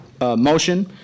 motion